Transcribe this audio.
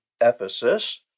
Ephesus